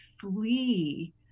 flee